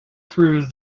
through